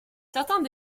certains